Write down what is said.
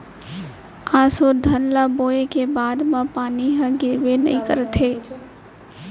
ऑसो धान ल बोए के बाद म पानी ह गिरबे नइ करत हे